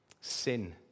Sin